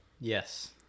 Yes